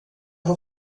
har